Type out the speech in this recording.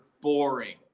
boring